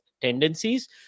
tendencies